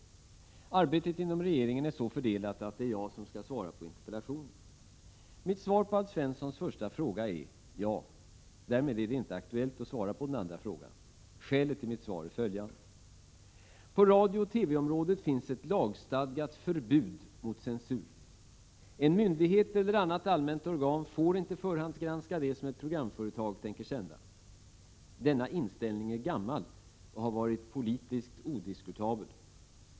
Arbetet inom regeringen är så fördelat att det är jag som skall svara på interpellationen. Mitt svar på Alf Svenssons första fråga är: Ja! Därmed är det inte aktuellt att svara på den andra frågan. Skälet till mitt svar är följande. På radiooch TV-området finns ett lagstadgat förbud mot censur. En myndighet eller annat allmänt organ får inte förhandsgranska det som ett programföretag tänker sända. Denna inställning är gammal och har varit politiskt odiskutabel.